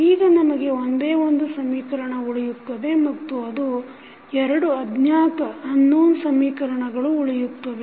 ಈಗ ನಮಗೆ ಒಂದೇ ಒಂದು ಸಮೀಕರಣವು ಉಳಿಯುತ್ತದೆ ಮತ್ತು ಎರಡು ಅಜ್ಞಾತ ಸಮೀಕರಣಗಳು ಉಳಿಯುತ್ತವೆ